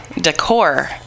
decor